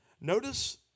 Notice